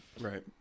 Right